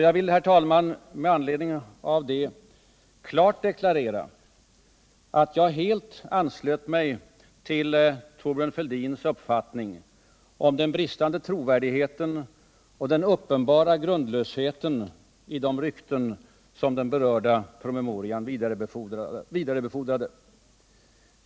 Jag vill, herr talman, med anledning av det klart deklarera att jag helt anslöt mig till Thorbjörn Fälldins uapfattning om den bristande trovärdigheten och den uppenbara grundlösheten i de rykten som den berörda promemorian vidarebefordrade.